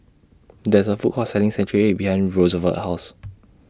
There IS A Food Court Selling Century Egg behind Rosevelt's House